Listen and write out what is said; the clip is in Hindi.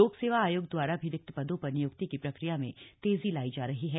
लोक सेवा आयोग द्वारा भी रिक्त पदों पर नियुक्ति की प्रक्रिया में तेजी लाई जा रही है